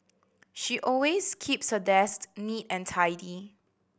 she always keeps her desk neat and tidy